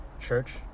church